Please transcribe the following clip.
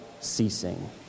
ceasing